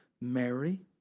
Mary